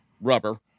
rubber